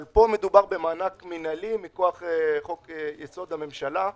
אבל פה מדובר במענק מינהלי מכוח חוק יסוד: הממשלה,